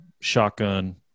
shotgun